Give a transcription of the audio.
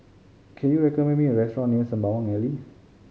can you recommend me a restaurant near Sembawang Alley